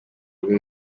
rwo